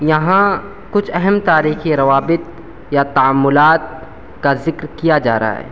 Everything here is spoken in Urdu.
یہاں کچھ اہم تاریخی روابط یا تأملات کا ذکر کیا جا رہا ہے